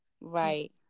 Right